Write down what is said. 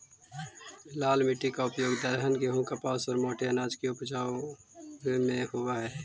लाल मिट्टी का उपयोग दलहन, गेहूं, कपास और मोटे अनाज को उपजावे में होवअ हई